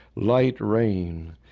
light rain,